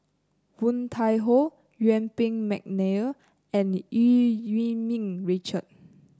Woon Tai Ho Yuen Peng McNeice and Eu Yee Ming Richard